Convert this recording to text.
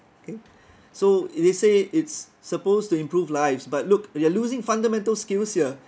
okay so it let's say it's supposed to improve lives but look you're losing fundamental skills here